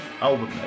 album